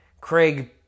Craig